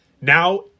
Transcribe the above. Now